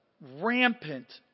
rampant